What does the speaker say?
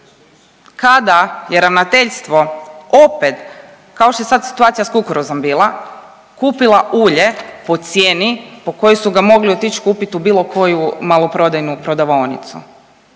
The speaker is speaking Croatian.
kada je ravnateljstvo opet, kao što je sad situacija s kukuruzom bila, kupila ulje po cijeni po kojoj su ga mogli otić kupit u bilo koju maloprodajnu prodavaonicu.